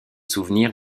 souvenirs